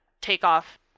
takeoff